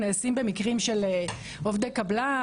נעשים במקרים של עובדי קבלן,